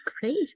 Great